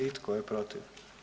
I tko je protiv?